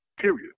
period